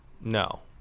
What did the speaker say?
No